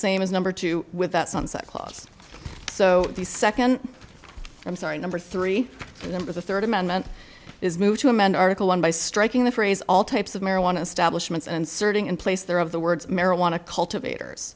as number two with that sunset clause so the second i'm sorry number three number the third amendment is moved to amend article one by striking the phrase all types of marijuana establishment and serving in place there of the words marijuana cultivat